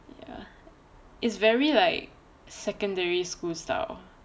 ya is very like secondary school style